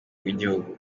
rw’igihugu